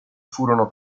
furono